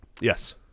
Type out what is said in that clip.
Yes